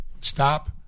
Stop